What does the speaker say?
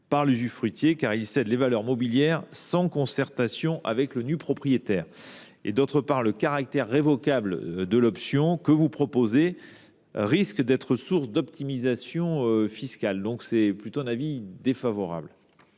par l’usufruitier, car il cède les valeurs mobilières sans concertation avec le nu propriétaire. Par ailleurs, le caractère révocable de l’option que vous proposez risque d’être source d’optimisation fiscale. J’émets donc un avis défavorable.